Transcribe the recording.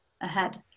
ahead